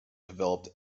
developed